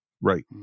right